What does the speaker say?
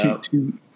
two